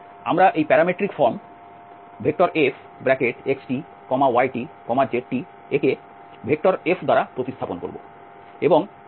আমরা এই parametric form Fxtytzt কে Fএ প্রতিস্থাপন করব